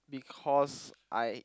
because I